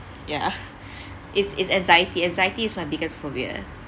ya it's it's anxiety anxiety is my biggest phobia